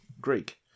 Greek